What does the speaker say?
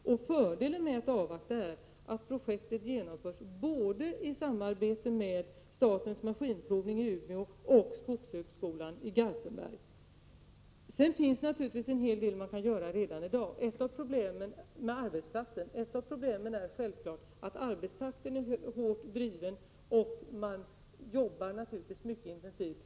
Detta projekt genomförs dessutom i samarbete med både Statens Maskinprovningar i Umeå och Skogshögskolan i Garpenberg, och det är naturligtvis en fördel. Det finns också en hel del man kan göra redan i dag på arbetsplatserna. Ett av problemen är att arbetstakten är hårt uppdriven. Man arbetar mycket intensivt.